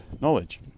knowledge